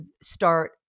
start